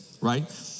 right